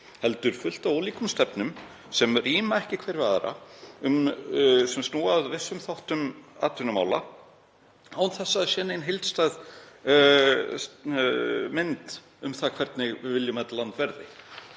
heldur fullt af ólíkum stefnum sem ríma ekki hver við aðra og snúa að vissum þáttum atvinnumála án þess að nein heildstæð mynd sé af því hvernig við viljum að þetta land verði.